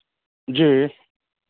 जी